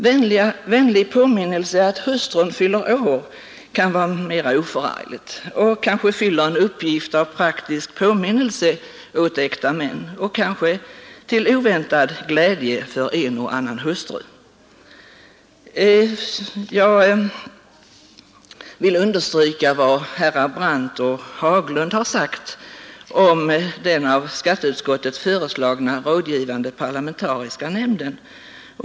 Vänlig påminnelse att hustrun fyller år kan vara mera oförargligt och kanske fyller en uppgift som praktisk påminnelse åt äkta män och blir möjligen till oväntad glädje för en och annan hustru. Jag vill understryka vad herrar Brandt och Haglund har sagt om den av skatteutskottet föreslagna rådgivande parlamentariska nämnden.